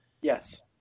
Yes